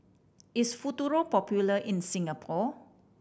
is Futuro popular in Singapore